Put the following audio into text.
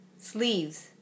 Sleeves